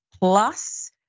plus